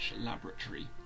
Laboratory